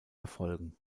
erfolgen